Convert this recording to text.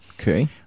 Okay